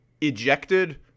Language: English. ejected